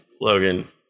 Logan